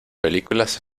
películas